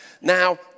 Now